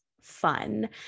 fun